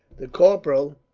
the corporal,